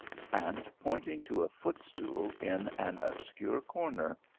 and, pointing to a footstool in an obscure corner,